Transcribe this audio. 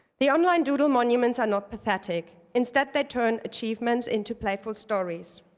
the online doodle monuments are not pathetic. instead they turn achievements into playful stories.